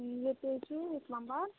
ییٚتی چھِ اِسلام آباد